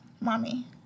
Mommy